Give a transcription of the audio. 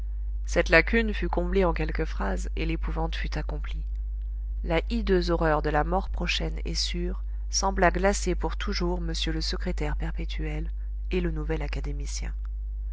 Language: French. cette lacune fut comblée en quelques phrases et l'épouvante fut accomplie la hideuse horreur de la mort prochaine et sûre sembla glacer pour toujours m le secrétaire perpétuel et le nouvel académicien